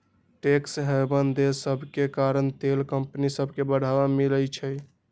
tax haven देश सभके कारण तेल कंपनि सभके बढ़वा मिलइ छै